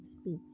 speech